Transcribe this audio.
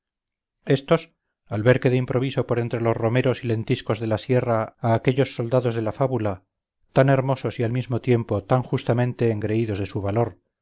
estos al ver que de improviso por entre los romeros y lentiscos de la sierra a aquellos soldados de la fábula tan hermosos y al mismo tiempo tan justamente engreídos de su valor